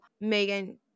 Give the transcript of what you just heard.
Megan